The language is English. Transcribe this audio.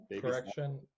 correction